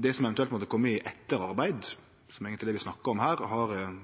Det som eventuelt måtte kome i etterarbeid, som eigentleg er det vi snakkar om her, har